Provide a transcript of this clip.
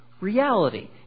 reality